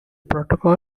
protocol